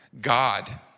God